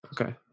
Okay